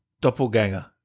doppelganger